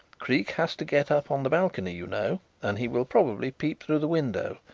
creake has to get up on the balcony, you know, and he will probably peep through the window,